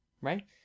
Right